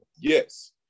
Yes